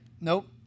Nope